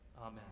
Amen